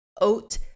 oat